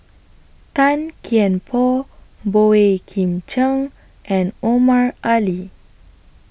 Tan Kian Por Boey Kim Cheng and Omar Ali